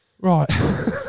right